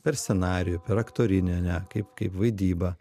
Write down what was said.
per scenarijų per aktorinį ane kaip kaip vaidyba